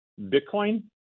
Bitcoin